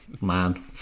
Man